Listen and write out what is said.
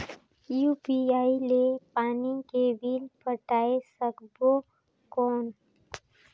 UPI ले पानी के बिल पटाय सकबो कौन?